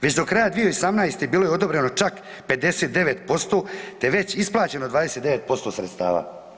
Već do kraja 2018. bilo je odobreno čak 59% te već isplaćeno 29% sredstava.